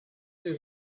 sie